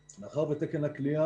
מאחר ויש את תקן הכליאה,